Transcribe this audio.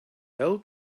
old